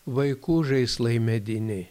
vaikų žaislai mediniai